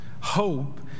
Hope